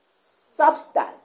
substance